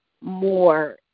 more